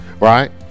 right